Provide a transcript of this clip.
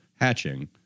hatching